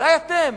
אולי אתם,